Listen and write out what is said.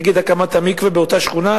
נגד הקמת המקווה באותה שכונה,